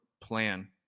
plan